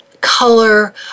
color